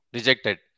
Rejected